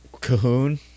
Cahoon